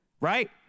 Right